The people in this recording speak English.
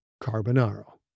Carbonaro